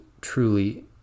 truly